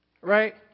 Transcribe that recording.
Right